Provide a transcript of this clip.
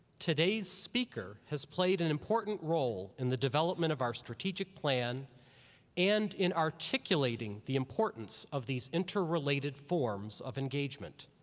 today's speaker has played an important role in the development of our strategic plan and in articulating the importance of these interrelated forms of engagement.